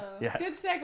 Yes